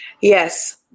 Yes